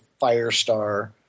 Firestar